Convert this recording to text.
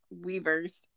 weavers